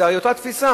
וזו הרי אותה תפיסה.